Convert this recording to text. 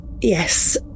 yes